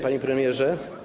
Panie Premierze!